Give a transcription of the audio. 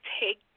take